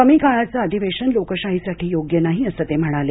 कमी काळाचं अधिवेशन लोकशाहीसाठी योग्य नाही असं ते म्हणाले